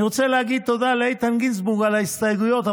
אני רוצה להגיד תודה לאיתן גינזבורג על ההסתייגויות,